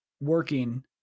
working